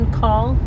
call